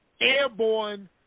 airborne